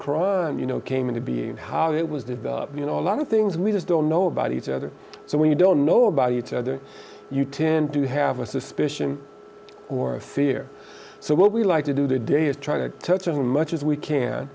koran you know came into being and how it was developed you know a lot of things we just don't know about each other so when you don't know about each other you tend to have a suspicion or a fear so what we like to do that day is try to touch on much as we can